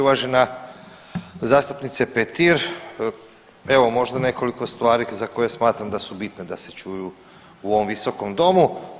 Uvažena zastupnice Petir, evo možda nekoliko stvari za koje smatram da su bitne da se čuju u ovom visokom domu.